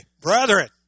brethren